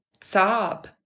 sob